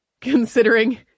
considering